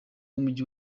w’umujyi